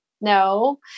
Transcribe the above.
no